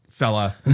fella